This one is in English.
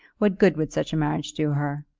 what good would such a marriage do her?